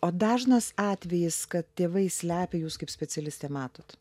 o dažnas atvejis kad tėvai slepia jūs kaip specialistė matot